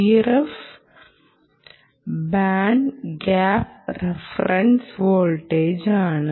Vref band gap reference വോൾട്ടേജാണ്